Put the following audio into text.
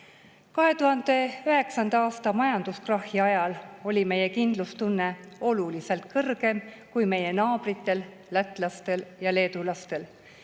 2009. aasta majanduskrahhi ajal oli meie kindlustunne oluliselt kõrgem kui meie naabritel lätlastel ja leedulastel,